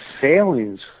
failings